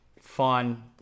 fun